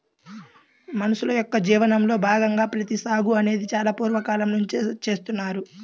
మనుషుల యొక్క జీవనంలో భాగంగా ప్రత్తి సాగు అనేది చాలా పూర్వ కాలం నుంచే చేస్తున్నారు